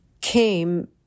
came